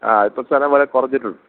ആ ഇപ്പം വളരെ കുറച്ചിട്ടുണ്ട്